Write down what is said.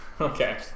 Okay